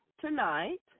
tonight